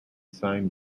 signed